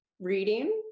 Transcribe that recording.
reading